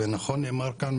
ונכון נאמר כאן,